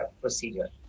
procedure